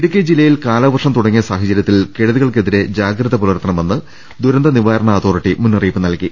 ഇടുക്കി ജില്ലയിൽ കാലവർഷം തുടങ്ങിയ സാഹചര്യത്തിൽ കെടു തികൾക്കെതിരേ ജാഗ്രത പുലർത്തണമെന്ന് ദുരന്ത നിവാരണ അതോ റിറ്റി മുന്നറിയിപ്പ് നൽകി